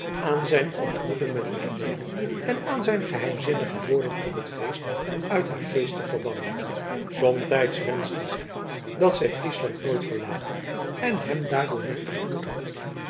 aan zijn ontmoeting met adeelen en aan zijn geheimzinnige woorden op het feest uit haar geest te verbannen somtijds wenschte zij dat zij friesland nooit verlaten en hem daardoor niet ontmoet had